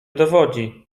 dowodzi